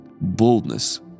Boldness